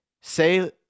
say